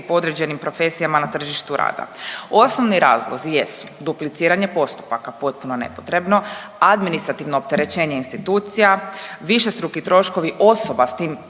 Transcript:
određenim profesijama na tržištu rada. Osnovni razlozi jesu dupliciranje postupaka potpuno nepotrebno, administrativno opterećenje institucija, višestruki troškovi osoba sa tim